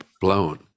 blown